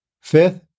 Fifth